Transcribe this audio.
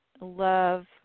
love